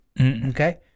Okay